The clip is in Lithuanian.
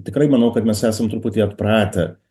tikrai manau kad mes esam truputį atpratę